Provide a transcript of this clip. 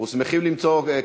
הוא רוצה להשיב.